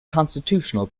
constitutional